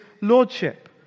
lordship